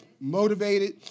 motivated